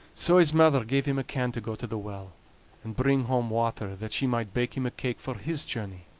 so his mother gave him a can to go to the well and bring home water, that she might bake him a cake for his journey.